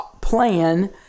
plan